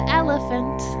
elephant